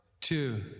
two